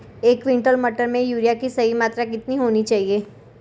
एक क्विंटल मटर में यूरिया की सही मात्रा कितनी होनी चाहिए?